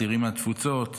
צעירים מהתפוצות,